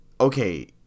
okay